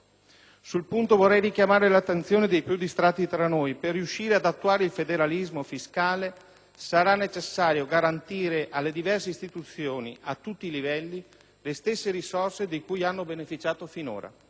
Sul punto vorrei richiamare l'attenzione dei più distratti tra noi: per riuscire ad attuare il federalismo fiscale sarà necessario garantire alle diverse istituzioni, a tutti i livelli, le stesse risorse di cui hanno beneficiato finora,